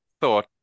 thought